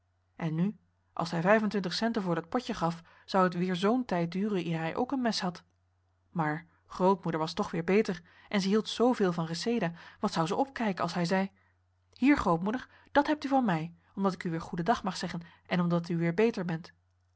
en nu als hij vijf en twintig centen voor dat potje gaf zou het weer zoo'n tijd duren eer hij ook een mes had maar grootmoeder was toch weer beter en ze hield zoo veel van reseda wat zou ze opkijken als hij zei hier grootmoe dat hebt u van mij omdat ik u weer goedendag mag zeggen en omdat u weer beter bent